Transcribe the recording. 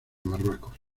marruecos